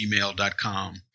gmail.com